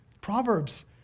Proverbs